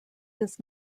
does